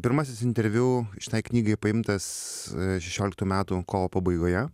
pirmasis interviu šitai knygai paimtas šešioliktų metų kovo pabaigoje